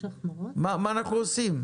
מה עושים?